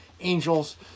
angels